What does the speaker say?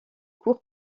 cours